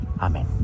Amen